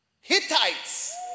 Hittites